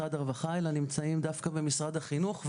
במשרד הרווחה אלא נמצאים דווקא במשרד החינוך,